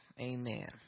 Amen